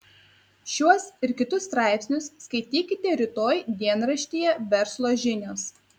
šiuos ir kitus straipsnius skaitykite rytoj dienraštyje verslo žinios